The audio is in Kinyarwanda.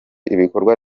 ibikorwa